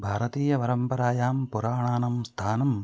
भारतीयपरम्परायां पुराणानां स्थानम्